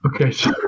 Okay